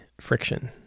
friction